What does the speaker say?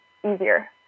easier